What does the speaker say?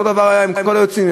אותו דבר היה עם כל היוצאים,